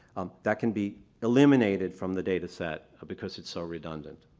um that can be eliminated from the data set ah because it's so redundant.